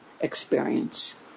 experience